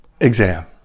exam